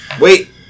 Wait